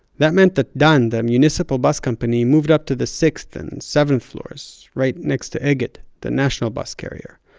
that meant that dan, the municipal bus company, moved up to the sixth and seventh floors right next to egged the national bus carrier.